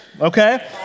okay